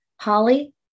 Holly